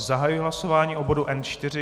Zahajuji hlasování o bodu N4.